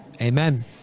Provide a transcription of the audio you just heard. Amen